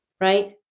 right